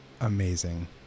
Amazing